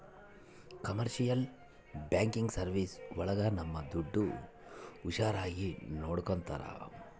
commercial banking service ಒಳಗ ನಮ್ ದುಡ್ಡು ಹುಷಾರಾಗಿ ನೋಡ್ಕೋತರ